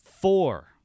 four